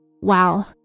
wow